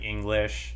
English